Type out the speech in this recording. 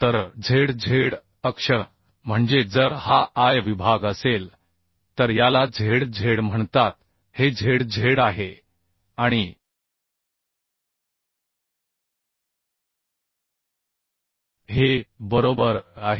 तर zz अक्ष म्हणजे जर हा I विभाग असेल तर याला zz म्हणतात हे zz आहे आणि हे बरोबर आहे